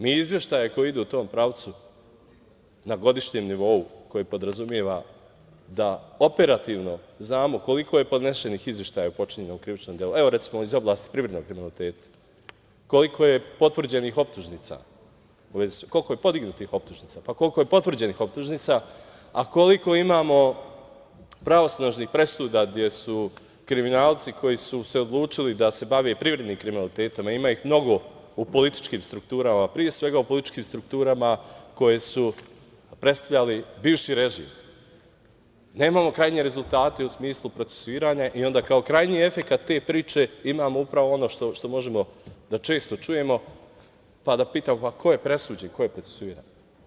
Mi izveštaje koji idu u tom pravcu na godišnjem nivou, koji podrazumeva da operativno znamo koliko je podnesenih izveštaja počinjenog krivičnog dela, evo, recimo, iz oblasti privrednog kriminaliteta, koliko je potvrđenih optužnica, koliko je podignutih optužnica, koliko je potvrđenih optužnica a koliko imamo pravosnažnih presuda gde su kriminalci koji su se odlučili da se bave privrednim kriminalitetom a ima ih mnogo u političkim strukturama, pre svega u političkim strukturama koje su predstavljale bivši režim, nemamo krajnje rezultate u smislu procesuiranja i onda kao krajnji efekat te priče imamo upravo ono što možemo da često čujemo, pa da pitamo - ko je presuđen, ko je procesuiran?